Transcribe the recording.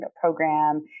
program